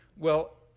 well,